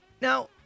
Now